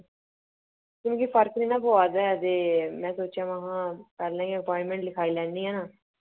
मिकी फर्क निं ना पोआ दा ए ते में सोचेआ महा पैह्लें गै अप्पोइंटमेन्ट लिखाई लैन्नी आं